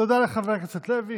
תודה לחבר הכנסת לוי.